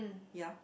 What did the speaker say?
ya